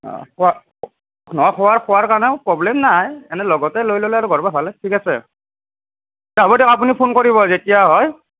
অঁ কোৱা নহয় খোৱাৰ খোৱাৰ কাৰণেও প্ৰব্লেম নাই এনেই লগতে লৈ ল'লে আৰু ঘৰৰপৰা ভালে ঠিক আছে হ'ব দিয়ক আপুনি ফোন কৰিব যেতিয়া হয়